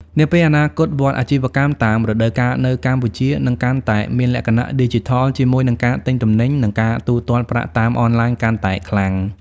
នាពេលអនាគត វដ្តអាជីវកម្មតាមរដូវកាលនៅកម្ពុជានឹងកាន់តែមានលក្ខណៈឌីជីថល ជាមួយនឹងការទិញទំនិញ និងការទូទាត់ប្រាក់តាមអនឡាញកាន់តែខ្លាំង។